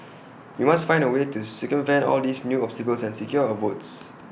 we must find A way to circumvent all these new obstacles and secure our votes